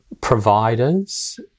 providers